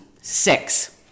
Six